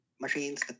machines